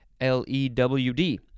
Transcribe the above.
l-e-w-d